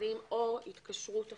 המכרזים או התקשרות אחרת.